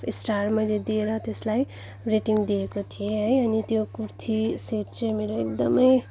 star मैले दिएर त्यसलाई रेटिङ दिएको थिएँ है अनि त्यो कुर्ती सेट चाहिँ मेरो एकदमै